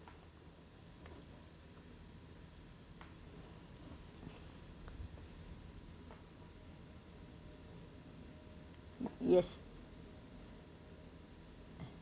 yes